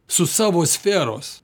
su savo sferos